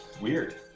Weird